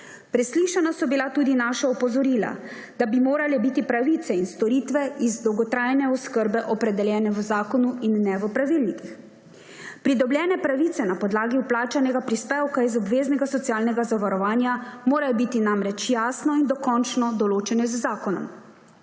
Preslišana so bila tudi naša opozorila, da bi morale biti pravice in storitve iz dolgotrajne oskrbe opredeljene v zakonu in ne v pravilnikih. Pridobljene pravice na podlagi vplačanega prispevka iz obveznega socialnega zavarovanja morajo biti namreč jasno in dokončno določene z zakonom.